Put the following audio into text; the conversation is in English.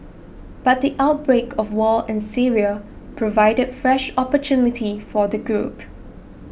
but the outbreak of war in Syria provided fresh opportunity for the group